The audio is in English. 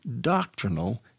doctrinal